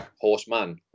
Horseman